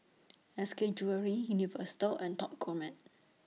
S K Jewellery Universal and Top Gourmet